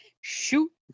shoot